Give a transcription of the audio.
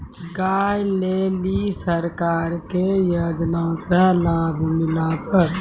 गाय ले ली सरकार के योजना से लाभ मिला पर?